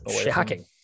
Shocking